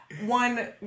One